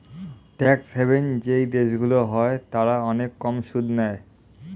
tax haven যেই দেশগুলো হয় তারা অনেক কম সুদ নেয়